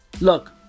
look